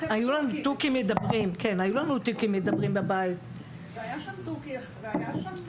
היו לנו תוכים מדברים בבית והיה שם